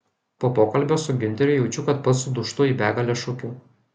po pokalbio su giunteriu jaučiu kad pats sudūžtu į begalę šukių